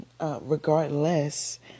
regardless